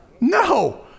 No